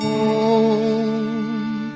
Home